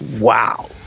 wow